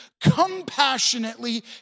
compassionately